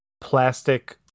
plastic